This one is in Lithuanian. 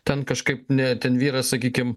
ten kažkaip ne ten vyras sakykim